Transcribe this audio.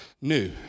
new